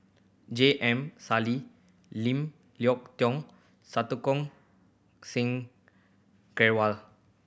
J M Sali Lim Leong Geok Santokh Singh Grewal